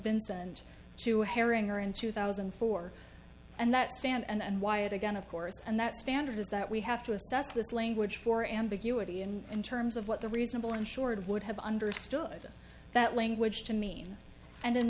vincent to herring or in two thousand and four and that stand and why it again of course and that standard is that we have to assess this language for ambiguity in terms of what the reasonable insured would have understood that language to mean and in